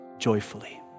joyfully